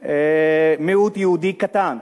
מיעוט יהודי קטן,